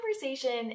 conversation